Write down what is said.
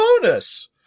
bonus